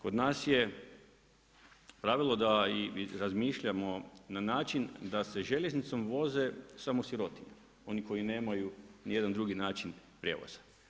Kod nas je pravilo da razmišljamo na način da se željeznicom voze samo sirotinja, oni koji nemaju ni jedan drugi način prijevoza.